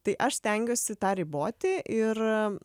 tai aš stengiuosi tą riboti ir